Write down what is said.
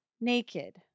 naked